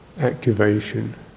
activation